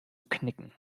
knicken